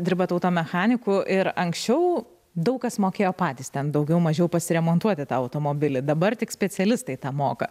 dirbat auto mechaniku ir anksčiau daug kas mokėjo patys ten daugiau mažiau pasiremontuoti tą automobilį dabar tik specialistai tą moka